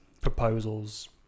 proposals